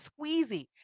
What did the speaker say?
squeezy